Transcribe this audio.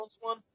one